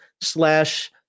slash